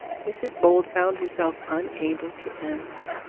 mrs bold found herself unable to answer.